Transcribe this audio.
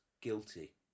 guilty